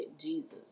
Jesus